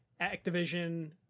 Activision